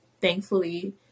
thankfully